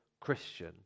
Christian